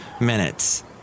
minutes